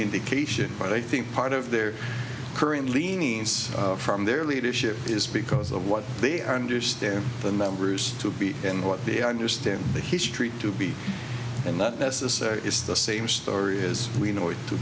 indication but i think part of their current leanings from their leadership is because of what they are understand the numbers to be and what they understand the history to be and not necessary it's the same story his we know it to